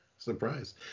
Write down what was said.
surprise